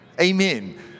Amen